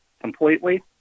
completely